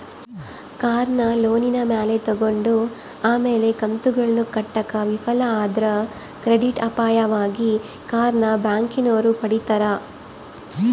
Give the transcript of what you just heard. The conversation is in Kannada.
ಕಾರ್ನ ಲೋನಿನ ಮ್ಯಾಲೆ ತಗಂಡು ಆಮೇಲೆ ಕಂತುಗುಳ್ನ ಕಟ್ಟಾಕ ವಿಫಲ ಆದ್ರ ಕ್ರೆಡಿಟ್ ಅಪಾಯವಾಗಿ ಕಾರ್ನ ಬ್ಯಾಂಕಿನೋರು ಪಡೀತಾರ